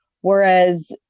whereas